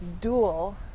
dual